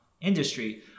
industry